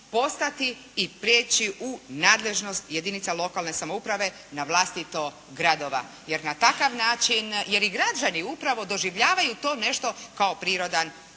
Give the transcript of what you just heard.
postati i prijeći u nadležnost jedinica lokalne samouprave na vlastito gradova. Jer na takav način, jer i građani upravo doživljavaju to nešto kao prirodan